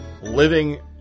living